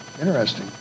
interesting